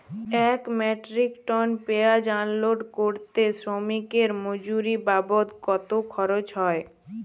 এক metric ton পেঁয়াজ unload করতে শ্রমিকের মজুরি বাবদ কত খরচ হয়?